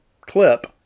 clip